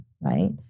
right